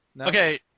Okay